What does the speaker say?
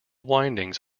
windings